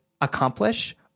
accomplish